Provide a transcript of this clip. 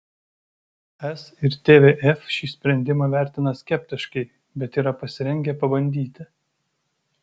es ir tvf šį sprendimą vertina skeptiškai bet yra pasirengę pabandyti